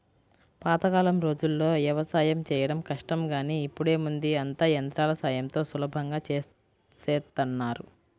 పాతకాలం రోజుల్లో యవసాయం చేయడం కష్టం గానీ ఇప్పుడేముంది అంతా యంత్రాల సాయంతో సులభంగా చేసేత్తన్నారు